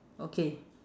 okay